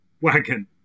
wagon